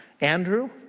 Andrew